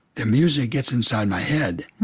their music gets inside my head.